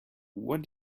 what